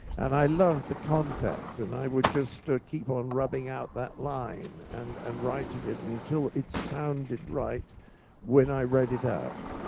and i loved the contact. and i would just ah keep on rubbing out that line and and writing it until it sounded right when i read it out.